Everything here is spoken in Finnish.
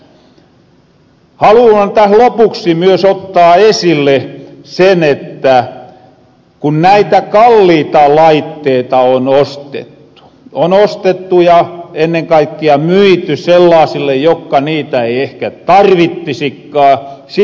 haluan täs lopuksi myös ottaa esille sen kun näitä kalliita laitteeta on ostettu on ostettu ja ennen kaikkia myity sellaasille jokka niitä ei ehkä tarvittisikkaan